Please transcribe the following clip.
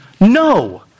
No